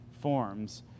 forms